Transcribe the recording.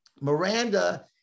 Miranda